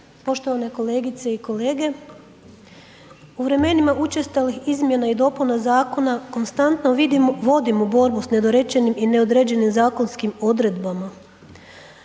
Poštovane kolegice i kolege. U vremenima učestalih izmjena i dopuna zakona konstantno vodimo borbu s nedorečenim i neodređenim zakonskim odredbama.